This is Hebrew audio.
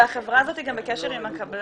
והחברה הזאת היא גם בקשר עם הקבלן?